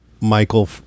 Michael